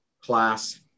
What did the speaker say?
class